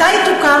מתי היא תוקם?